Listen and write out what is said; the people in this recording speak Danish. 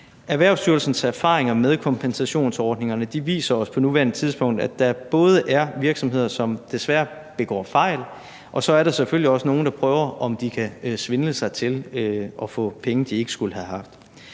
Erhvervsstyrelsens erfaringer med kompensationsordningerne viser os på nuværende tidspunkt, at der både er virksomheder, som desværre begår fejl, og så selvfølgelig også nogle, der prøver at se, om de kan svindle sig til at få penge, de ikke skulle have haft.